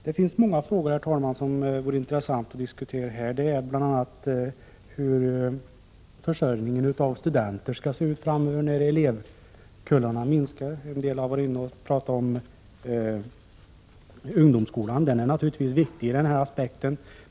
Det finns många frågor, herr talman, som vore intressanta att diskutera — bl.a. hur rekryteringen av studenter skall se ut framöver när elevkullarna minskar. Några talare har berört ungdomsskolan. Den är naturligtvis viktig ur den här aspekten.